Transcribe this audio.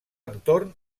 entorn